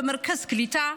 מרכז קליטה,